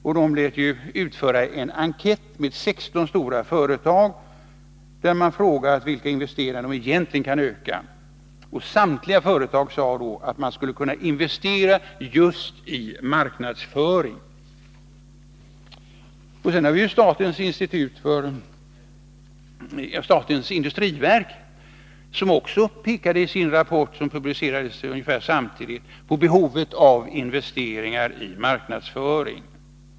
SNS lät också utföra en enkät bland 16 stora företag där man frågade vilka investeringar som egentligen kunde öka. Samtliga företag sade att de skulle kunna investera just i marknadsföring. Statens industriverk pekade i sin rapport, som publicerades ungefär samtidigt med SNS, också på behovet av investeringar i marknadsföring.